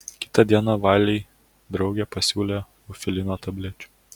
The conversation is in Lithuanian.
kitą dieną valei draugė pasiūlė eufilino tablečių